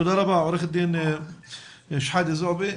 תודה רבה, עו"ד שחאדה זועבי.